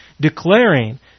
declaring